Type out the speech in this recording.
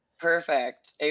Perfect